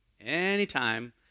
anytime